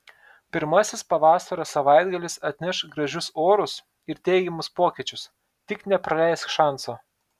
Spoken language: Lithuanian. pirmasis pavasario savaitgalis atneš gražius orus ir teigiamus pokyčius tik nepraleisk šanso